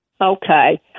Okay